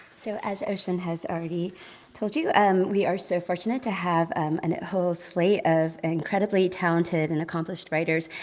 so as ocean has already told you, and we are so fortunate to have um and a whole slate of incredibly talented and accomplished writers.